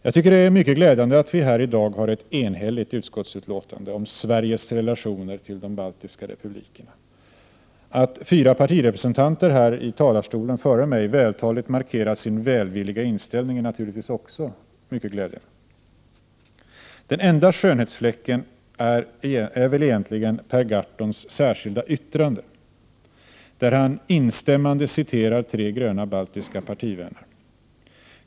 Jag tycker det är mycket glädjande att vi här i dag har ett enhälligt utskottsbetänkande om ”Sveriges relationer till de baltiska republikerna”. Att fyra partirepresentanter här i talarstolen före mig vältaligt markerat sin välvilliga inställning är naturligtvis också glädjande. Den enda skönhetsfläcken är väl egentligen Per Gahrtons särskilda yttrande, där han instämmande citerar tre gröna baltiska partivänner.